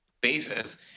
basis